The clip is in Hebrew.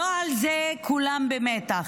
לא על כולם במתח.